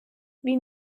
wie